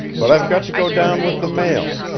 but i've got to go down with the mail.